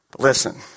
Listen